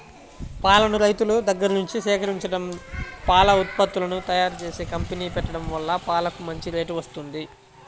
పాలను రైతుల దగ్గర్నుంచి సేకరించడం, పాల ఉత్పత్తులను తయ్యారుజేసే కంపెనీ పెట్టడం వల్ల పాలకు మంచి రేటు వత్తంది